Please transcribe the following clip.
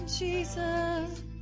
Jesus